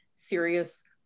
Serious